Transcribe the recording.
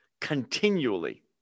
continually